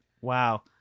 Wow